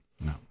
No